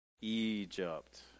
Egypt